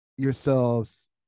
yourselves